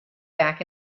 back